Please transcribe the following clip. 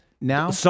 now